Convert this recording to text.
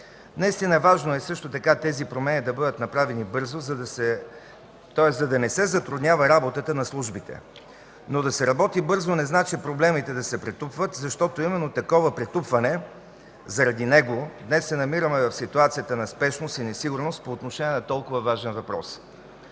Наистина важно е също така тези промени да бъдат направени бързо, за да не се затруднява работата на службите. Но да се работи бързо не значи проблемите да се претупват, защото именно такова претупване, заради него, днес се намираме в ситуацията на спешност и несигурност по отношение на толкова важен въпрос.